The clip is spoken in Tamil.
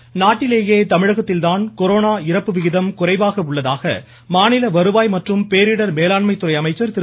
உதயகுமார் நாட்டிலேயே தமிழகத்தில் தான் கொரோனா இறப்பு விகிதம் குறைவாக உள்ளதாக மாநில வருவாய் மற்றும் பேரிடர் மேலாண்மை துறை அமைச்சர் திரு